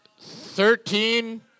thirteen